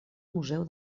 museu